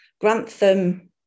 Grantham